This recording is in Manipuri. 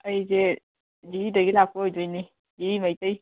ꯑꯩꯁꯦ ꯖꯤꯔꯤꯗꯒꯤ ꯂꯥꯛꯄ ꯑꯣꯏꯗꯣꯏꯅꯦ ꯖꯤꯔꯤ ꯃꯩꯇꯩ